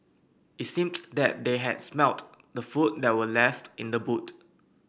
it seemed that they had smelt the food that were left in the boot